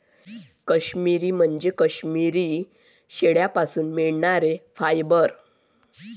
काश्मिरी म्हणजे काश्मिरी शेळ्यांपासून मिळणारे फायबर